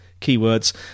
keywords